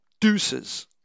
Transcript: Deuces